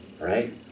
right